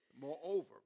Moreover